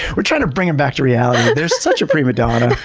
we're trying to bring them back to reality. they're such a prima donna!